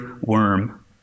worm